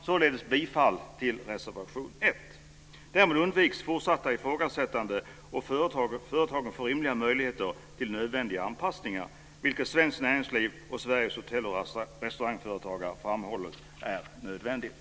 Således yrkar jag bifall till reservation Därmed undviks fortsatta ifrågasättanden, och företagen får rimliga möjligheter till nödvändiga anpassningar, vilket Svenskt näringsliv och Sveriges hotell och restaurangägare framhåller är nödvändigt.